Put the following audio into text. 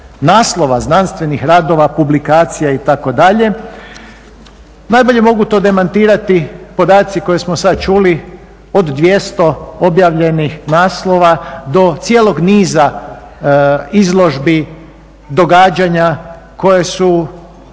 naslova znanstvenih radova, publikacija itd. Najbolje mogu to demantirati podaci koje smo sad čuli od 200 objavljenih naslova do cijelog niza izložbi, događanja koja su